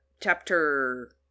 chapter